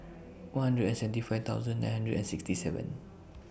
one hundred and seventy five thousand nine hundred and sixty seven